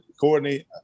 Courtney